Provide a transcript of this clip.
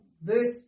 verse